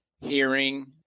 hearing